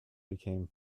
became